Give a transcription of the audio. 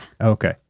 Okay